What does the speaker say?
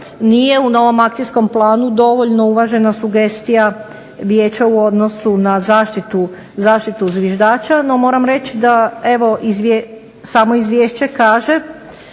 nije u novom akcijom planu dovoljno uvažena sugestija Vijeća u odnosu na zaštitu zviždača. No, moram reći da evo samo izvješće kaže